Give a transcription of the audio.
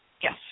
Yes